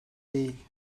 değil